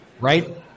right